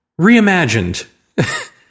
reimagined